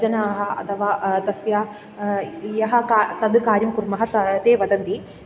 जनाः अथवा तस्य यः का तद् कार्यं कुर्मः ते ते वदन्ति